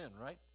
right